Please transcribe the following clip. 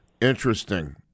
Interesting